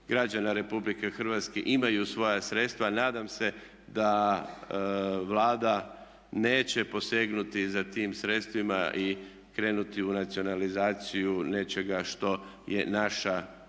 građana republike Hrvatske imaju svoja sredstva nadam se da Vlada neće posegnuti za tim sredstvima i krenuti u nacionalizaciju nečega što je naša